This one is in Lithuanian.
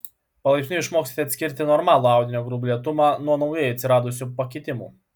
palaipsniui išmoksite atskirti normalų audinio gruoblėtumą nuo naujai atsiradusių pakitimų